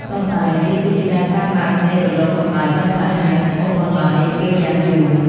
ប៉ុន្តែវាគឺជាការកើនឡើងនៃរលកកម្ដៅដ៏សាហាវ និងអូសបន្លាយពេលយ៉ាងយូរ។